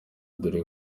dore